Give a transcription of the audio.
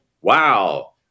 wow